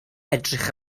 edrych